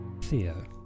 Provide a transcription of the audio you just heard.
Theo